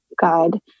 God